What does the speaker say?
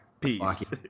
peace